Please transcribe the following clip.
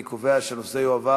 אני קובע שהנושא יועבר